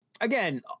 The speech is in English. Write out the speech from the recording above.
Again